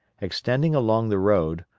extending along the road,